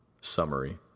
Summary